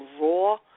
raw